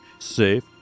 Safe